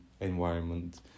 environment